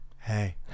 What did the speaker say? hey